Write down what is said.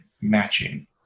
matching